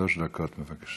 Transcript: שלוש דקות, בבקשה.